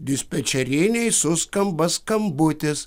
dispečerinėj suskamba skambutis